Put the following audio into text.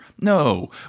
No